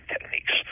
techniques